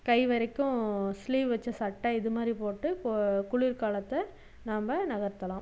கை வரைக்கும் ஸ்லீவ் வச்ச சட்டை இதுமாதிரி போட்டு குளிர்காலத்தை நம்ம நகர்த்தலாம்